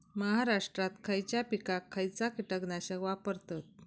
महाराष्ट्रात खयच्या पिकाक खयचा कीटकनाशक वापरतत?